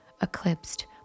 eclipsed